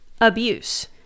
abuse